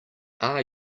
are